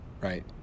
right